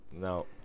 No